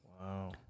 Wow